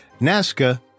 Nazca